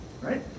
Right